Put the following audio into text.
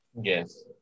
Yes